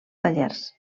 tallers